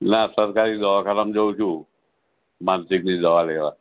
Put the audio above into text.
ના સરકારી દવાખાનામાં જાઉં છું માનસિકની દવા લેવા